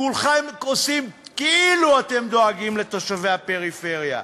כולכם רק עושים כאילו אתם דואגים לתושבי הפריפריה.